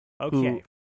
okay